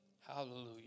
Hallelujah